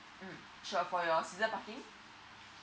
mm sure for your season parking